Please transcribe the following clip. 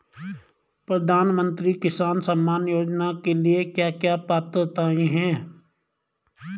प्रधानमंत्री किसान सम्मान योजना के लिए क्या क्या पात्रताऐं हैं?